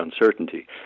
uncertainty